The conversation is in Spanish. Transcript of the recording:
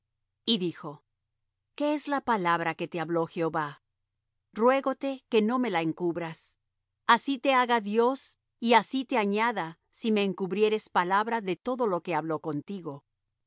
y dijo qué es la palabra que te habló jehová ruégote que no me la encubras así te haga dios y así te añada si me encubrieres palabra de todo lo que habló contigo